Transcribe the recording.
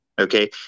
okay